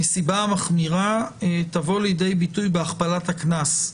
הנסיבה המחמירה תבוא לידי ביטוי בהכפלת הקנס,